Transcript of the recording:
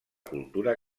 cultura